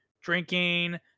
drinking